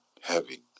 heavy